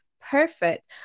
perfect